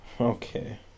Okay